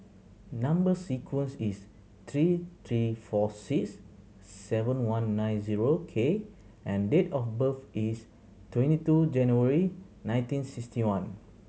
number sequence is three T four six seven one nine zero K and date of birth is twenty two January nineteen sixty one